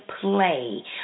Play